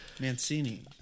Mancini